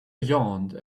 yawned